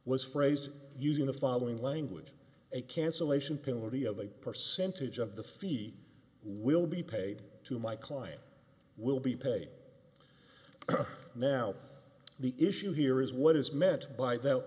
was phrased using the following language a cancellation penalty of a percentage of the fee will be paid to my client will be paid now the issue here is what is meant by th